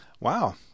Wow